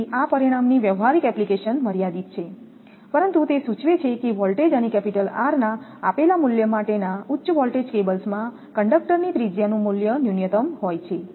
તેથી આ પરિણામની વ્યવહારિક એપ્લિકેશન મર્યાદિત છે પરંતુ તે સૂચવે છે કે વોલ્ટેજ અને કેપિટલ R ના આપેલા મૂલ્ય માટેના ઉચ્ચ વોલ્ટેજ કેબલ્સમાં કંડક્ટરની ત્રિજ્યાનું મૂલ્ય ન્યૂનતમ હોય છે